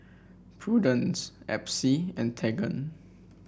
Prudence Epsie and Tegan